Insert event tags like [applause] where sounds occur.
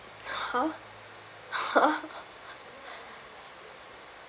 !huh! !huh! [laughs]